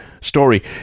story